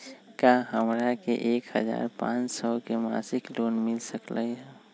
का हमरा के एक हजार पाँच सौ के मासिक लोन मिल सकलई ह?